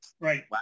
Right